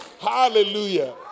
Hallelujah